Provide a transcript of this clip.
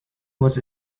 was